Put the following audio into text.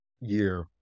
year